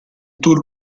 tour